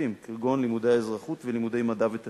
תלמידי בתי-הספר התיכוניים ללמוד את המקצוע